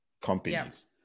companies